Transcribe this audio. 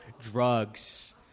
drugs